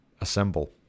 assemble